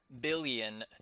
billion